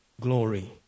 glory